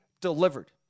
delivered